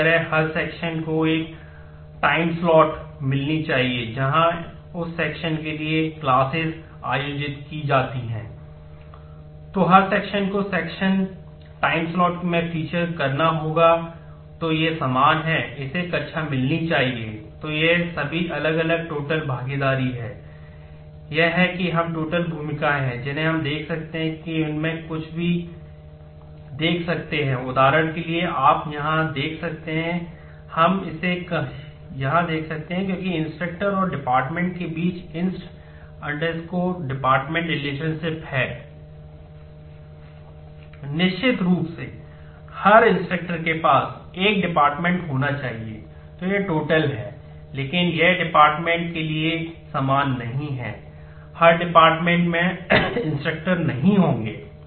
तो हर सेक्शन को sec टाइमस्लॉट नहीं होंगे